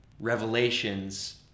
revelations